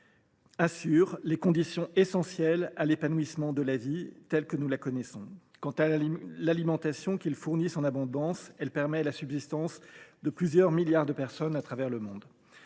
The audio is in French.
assurent les conditions essentielles à l’épanouissement de la vie telle que nous la connaissons. L’alimentation qu’ils fournissent en abondance permet la subsistance de plusieurs milliards de personnes à travers le monde.